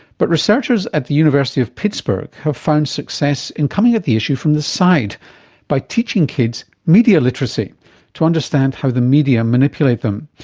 but researchers at the university of pittsburgh have found success in coming at the issue from the side by teaching kids media literacy to understand how the media manipulate them.